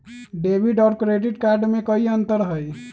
Debit और credit card में कई अंतर हई?